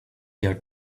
their